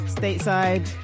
stateside